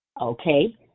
okay